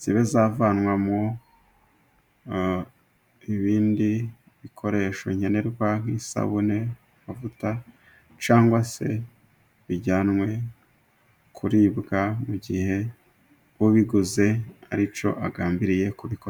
zibe zavanwamo ibindi bikoresho nkenerwa nk'isabune, amavuta cyangwa se bijyanwe kuribwa mu gihe ubiguze ari cyo agambiriye kubiko....